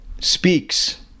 speaks